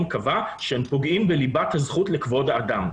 קבע שהם פוגעים בליבת הזכות לכבוד האדם.